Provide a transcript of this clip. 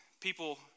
people